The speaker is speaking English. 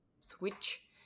switch